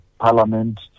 parliament